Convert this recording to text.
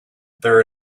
there